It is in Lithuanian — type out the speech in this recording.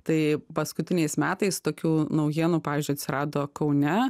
tai paskutiniais metais tokių naujienų pavyzdžiui atsirado kaune